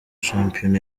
shampiyona